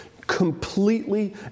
completely